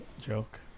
joke